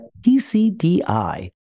PCDI